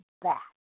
back